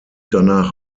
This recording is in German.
danach